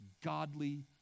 godly